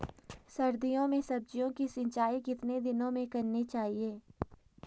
सर्दियों में सब्जियों की सिंचाई कितने दिनों में करनी चाहिए?